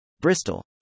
Bristol